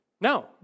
No